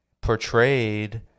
portrayed